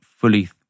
fully